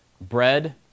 bread